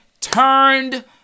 turned